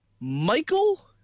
Michael